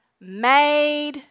made